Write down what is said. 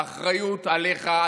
האחריות עליך,